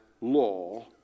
law